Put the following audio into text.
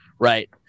Right